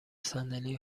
صندلی